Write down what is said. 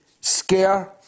scare